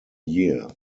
year